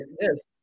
yes